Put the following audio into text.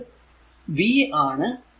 ഇത് v ആണ്